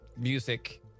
music